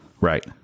right